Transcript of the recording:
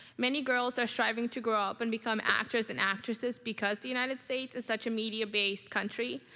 many girls are striving to grow up and become actors and actresses because the united states is such a media-based country,